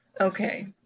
Okay